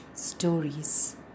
stories